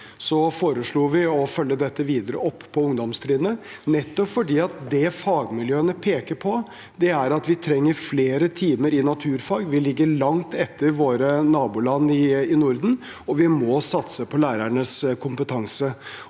Vi foreslo å følge dette videre opp på ungdomstrinnet, nettopp fordi fagmiljøene peker på at vi trenger flere timer i naturfag. Vi ligger langt etter våre naboland i Norden, og vi må satse på lærernes kompetanse.